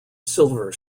silver